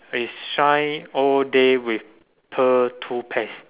is shine all day with pearl toothpaste